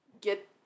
get